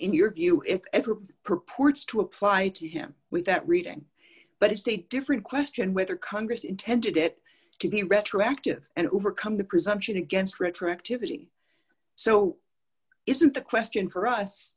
in your view it purports to apply to him with that reading but it's a different question whether congress intended it to be retroactive and overcome the presumption against retroactivity so isn't the question for us